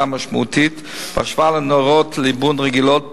משמעותית בהשוואה לנורות ליבון רגילות,